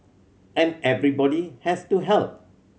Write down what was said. and everybody has to help